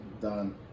done